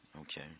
okay